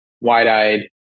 wide-eyed